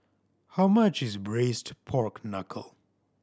how much is Braised Pork Knuckle